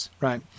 right